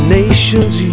nations